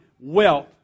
wealth